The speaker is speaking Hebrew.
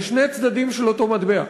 אלה שני צדדים של אותו מטבע.